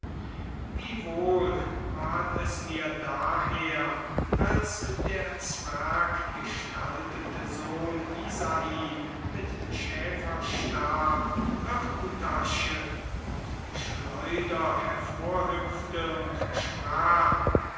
wie wohl ward es mir daher als der zwerggestaltete sohn isai mit schäferstab hirtentasche und schleuder hervorhüpfte und sprach